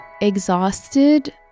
exhausted